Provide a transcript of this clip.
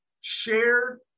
shared